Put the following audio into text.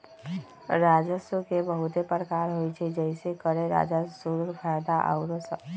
राजस्व के बहुते प्रकार होइ छइ जइसे करें राजस्व, शुल्क, फयदा आउरो सभ